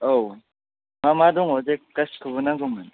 औ मा मा दङ' गासिखोबो नांगौमोन